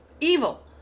evil